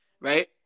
right